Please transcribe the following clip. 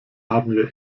haben